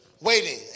Waiting